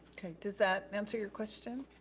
does that answer your question?